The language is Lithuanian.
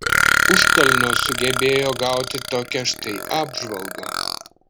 užkalnio sugebėjo gauti tokią štai apžvalgą